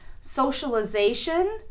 socialization